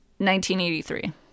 1983